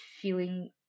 feeling